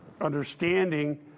understanding